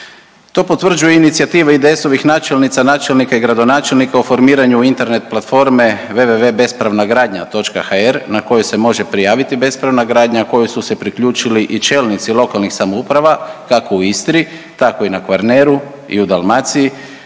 To potvrđuje inicijativa IDS-ovih načelnica, načelnika i gradonačelnika o formiranju internet platforme www.bespravnagradnja.hr na kojoj se može prijaviti bespravna gradnja, a kojoj su se priključili i čelnici lokalnih samouprava kako u Istri, tako i na Kvarneru i u Dalmaciji